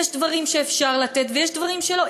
יש דברים שאפשר לתת ויש דברים שלא,